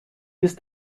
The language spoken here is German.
ist